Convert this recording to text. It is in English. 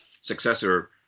successor